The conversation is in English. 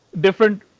different